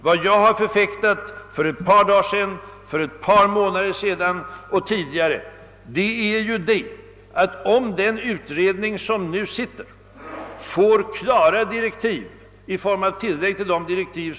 Vad jag förfäktat för ett par dagar sedan, för ett par månader sedan och även tidigare är, att man naturligtvis sparar en del tid och snabbare får fram ett bra förslag, om den utredning som nu arbetar får klara direktiv genom ett tillägg till de nuvarande.